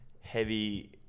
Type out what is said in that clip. heavy